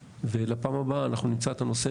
לפעם הבאה אנחנו נמצא את הנושא.